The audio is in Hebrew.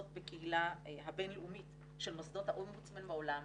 בקהילה הבין-לאומית של מוסדות האומבוצמן בעולם,